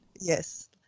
Yes